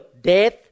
death